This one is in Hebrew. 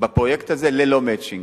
בפרויקט הזה, ללא "מצ'ינג".